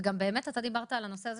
וגם באמת אתה דיברת על הנושא הזה,